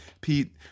Pete